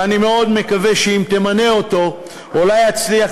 ואני מאוד מקווה שאם תמנה אותו הוא אולי יצליח